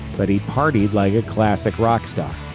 but he partied like a classic rock star.